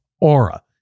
Aura